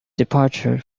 departure